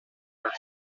parc